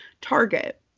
target